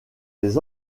les